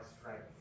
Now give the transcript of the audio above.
strength